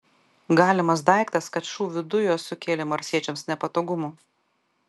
galimas daiktas kad šūvių dujos sukėlė marsiečiams nepatogumų